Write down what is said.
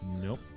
Nope